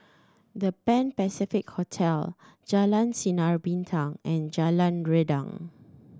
The Pan Pacific Hotel Jalan Sinar Bintang and Jalan Rendang